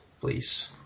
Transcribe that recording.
please